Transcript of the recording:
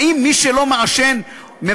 האם מי שלא מעשן מבקש,